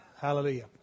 Hallelujah